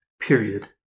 period